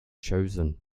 chosen